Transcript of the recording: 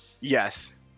Yes